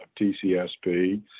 TCSP